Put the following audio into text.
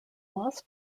loss